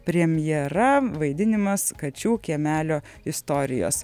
premjera vaidinimas kačių kiemelio istorijos